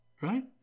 right